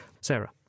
Sarah